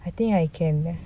I think I can